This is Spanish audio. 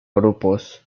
grupos